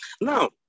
Now